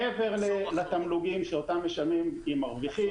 מעבר לתמלוגים שאותם משלמים אם מרוויחים